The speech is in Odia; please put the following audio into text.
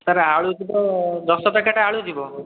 ସାର୍ ଆଳୁ ଯିବ ଦଶ ପ୍ୟାକେଟ୍ ଆଳୁ ଯିବ